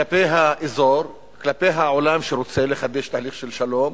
כלפי האזור, כלפי העולם שרוצה לחדש תהליך של שלום,